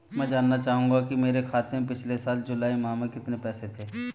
मैं जानना चाहूंगा कि मेरे खाते में पिछले साल जुलाई माह में कितने पैसे थे?